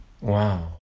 Wow